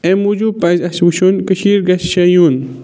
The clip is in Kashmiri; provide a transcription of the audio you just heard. أمۍ موجوٗب پَزِ اَسہِ وٕچھُن کٔشیٖرِ گژھِ شےٚ یُن